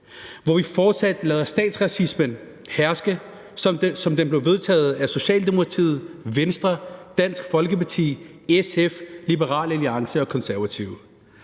hvor vi fortsat lader statsracismen herske, som den blev vedtaget af Socialdemokratiet, Venstre, Dansk Folkeparti, SF, Liberal Alliance og Konservative.